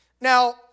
Now